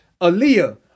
Aaliyah